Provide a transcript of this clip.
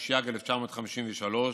התשי"ג 1953,